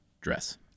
dress